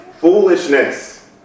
foolishness